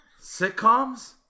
sitcoms